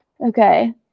Okay